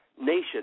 nation